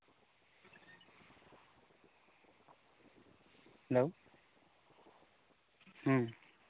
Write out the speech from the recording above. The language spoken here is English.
hello